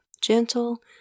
gentle